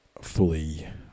fully